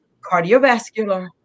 cardiovascular